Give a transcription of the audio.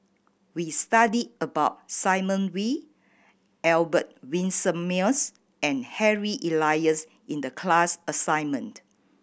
we studied about Simon Wee Albert Winsemius and Harry Elias in the class assignment